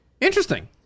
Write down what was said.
Interesting